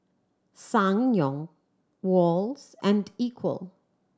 Ssangyong Wall's and Equal